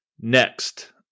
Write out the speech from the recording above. Next